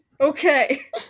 Okay